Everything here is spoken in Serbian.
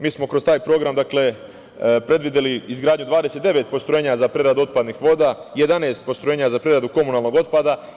Mi smo kroz taj Program, dakle, predvideli izgradnju 29 postrojenja za preradu otpadnih voda, 11 postrojenja za preradu komunalnog otpada.